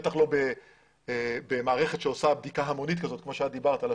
בטח לא במערכת שעושה בדיקה המונית כזאת כמו שאת אמרת.